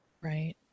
Right